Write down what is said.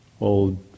old